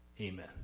Amen